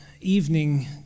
evening